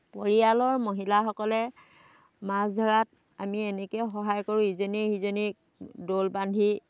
পৰিয়ালৰ মহিলাসকলে মাছ ধৰাত আমি এনেকেই সহায় কৰোঁ ইজনীয়ে সিজনীক দল বান্ধি